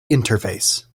interface